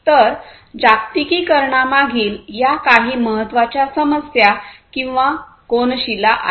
तर जागतिकीकरणामागील या काही महत्त्वाच्या समस्या किंवा कोनशिला आहेत